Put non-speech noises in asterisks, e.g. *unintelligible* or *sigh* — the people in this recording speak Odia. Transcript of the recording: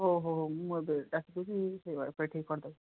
ଓହୋ ମୁଁ ଏବେ ଡାକି ଦେଉଛି ସେ ୱାଇଫାଇ *unintelligible* କରିଦେବେ